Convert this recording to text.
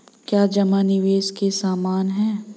क्या जमा निवेश के समान है?